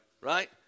Right